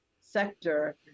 sector